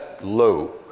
low